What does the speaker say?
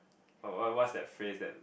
what what's that phrase that